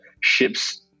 ships